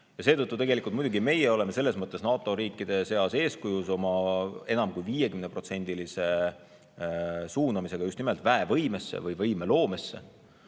sa ei saavuta. Muidugi meie oleme selles mõttes NATO riikide seas eeskujuks oma enam kui 50% raha suunamisega just nimelt väevõimesse või võime loomisesse.